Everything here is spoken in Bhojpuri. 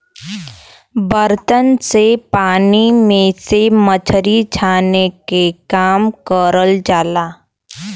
बर्तन से पानी में से मछरी छाने के काम करल जाला